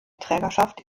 trägerschaft